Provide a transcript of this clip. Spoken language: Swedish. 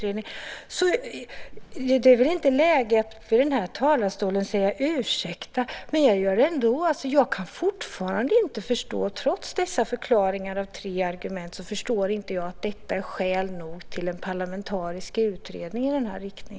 Jag vet inte om det är läge att säga ursäkta, men jag gör det ändå. Trots dessa förklaringar och tre argument kan jag fortfarande inte förstå hur detta kan vara skäl nog till en parlamentarisk utredning.